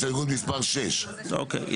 הסתייגות מספר 6. אוקיי,